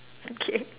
okay